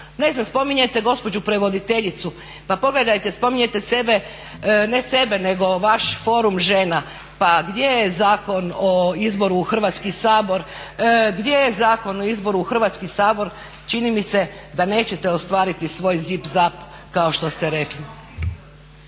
Ne znam, spominjete gospođu prevoditeljicu, pa pogledajte spominjete vaš forum žena. Pa gdje je Zakon o izboru u Hrvatski sabor, gdje je Zakon o izboru u Hrvatski sabor? Čini mi se da nećete ostvariti svoj zipzap kao što ste rekli.